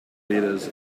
leaders